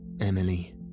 Emily